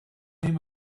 him